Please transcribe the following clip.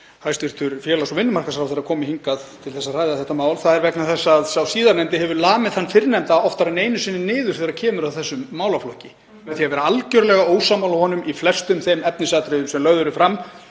hæstv. félags- og vinnumarkaðsráðherra komi hingað til að ræða þetta mál. Það er vegna þess að sá síðarnefndi hefur lamið þann fyrrnefnda oftar en einu sinni niður þegar kemur að þessum málaflokki með því að vera algerlega ósammála honum í flestum þeim efnisatriðum sem lögð eru fram,